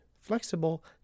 flexible